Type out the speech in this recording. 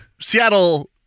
Seattle